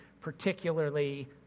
particularly